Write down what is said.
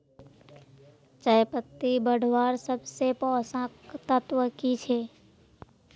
चयपत्ति बढ़वार सबसे पोषक तत्व की छे?